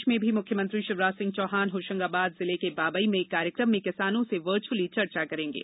प्रदेश में भी मुख्यमंत्री शिवराज सिंह चौहान होशंगाबाद जिले के बाबई में एक कार्यक्रम में किसानों से वर्चुअली चर्चा करेंगे